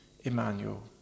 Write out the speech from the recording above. Emmanuel